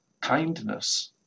kindness